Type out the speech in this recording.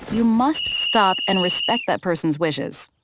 you must stop and respect that person's wishes.